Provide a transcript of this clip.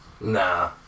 Nah